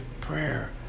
prayer